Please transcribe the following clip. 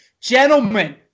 Gentlemen